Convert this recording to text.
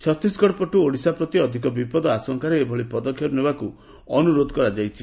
ଛତିଶଗଡ଼ ପଟୁ ଓଡ଼ିଶା ପ୍ରତି ଅଧିକ ବିପଦ ଆଶଙ୍କାରେ ଏଭଳି ପଦକ୍ଷେପ ନେବାକୁ ଅନୁରୋଧ କରାଯାଇଛି